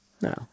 No